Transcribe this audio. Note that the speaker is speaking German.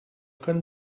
können